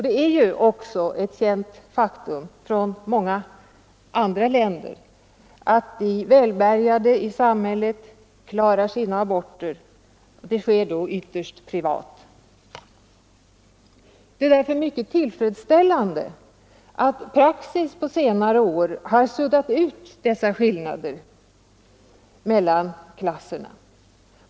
Det är ju också ett känt faktum från många andra länder att de välbärgade i samhället klarar sina aborter. Det sker då ytterst privat. Det är mycket tillfredsställande att praxis på senare år har suddat ut dessa skillnader mellan klasserna.